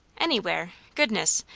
anywhere. goodness!